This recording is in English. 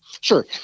sure